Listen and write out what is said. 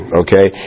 okay